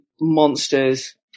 monsters